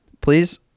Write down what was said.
please